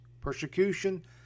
Persecution